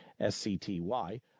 SCTY